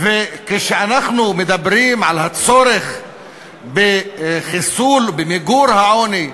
כשאנחנו מדברים על הצורך בחיסול או במיגור העוני,